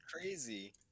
crazy